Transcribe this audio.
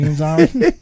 on